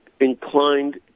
inclined